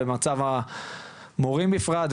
ובמצב המורים בפרט,